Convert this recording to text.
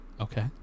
Okay